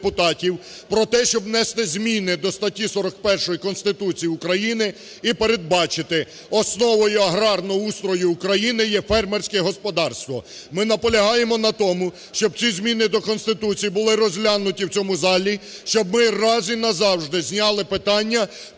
про те, щоб внести зміни до статті 41 Конституції України і передбачити основою аграрного устрою України є фермерське господарство. Ми наполягаємо на тому, щоб ці зміни до Конституції були розглянуті у цьому залі, щоб ми раз і назавжди зняли питання,